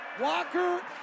Walker